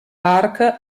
park